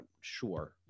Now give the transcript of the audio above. sure